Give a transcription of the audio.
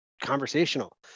conversational